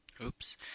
oops